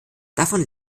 davon